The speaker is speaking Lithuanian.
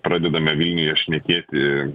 pradedame vilniuje šnekėti